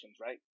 right